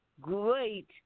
great